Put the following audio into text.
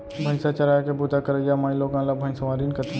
भईंसा चराय के बूता करइया माइलोगन ला भइंसवारिन कथें